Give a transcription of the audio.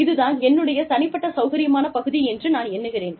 இது தான் என்னுடைய தனிப்பட்ட சௌகரியமான பகுதி என்று நான் எண்ணுகிறேன்